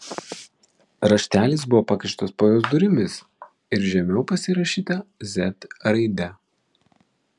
raštelis buvo pakištas po jos durimis ir žemiau pasirašyta z raide